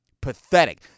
Pathetic